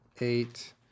eight